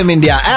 India